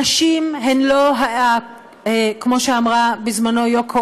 נשים הן לא כמו שאמרה בזמנו יוקו